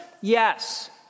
Yes